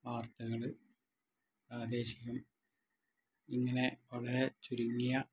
വാർത്തകൾ പ്രാദേശികം ഇങ്ങനെ വളരെ ചുരുങ്ങിയ